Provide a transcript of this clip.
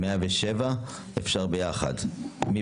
3. מי